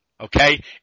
Okay